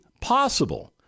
possible